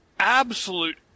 absolute